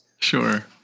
Sure